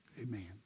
Amen